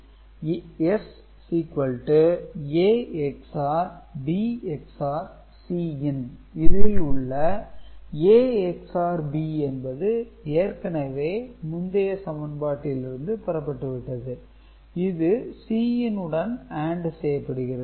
S A ⊕ B ⊕ Cin இதில் உள்ள A XOR B என்பது ஏற்கனவே முந்தைய சமன்பாட்டில் இருந்து பெறப்பட்டு விட்டது இது Cin உடன் AND செய்யப்படுகிறது